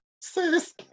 Sis